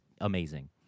amazing